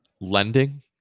lending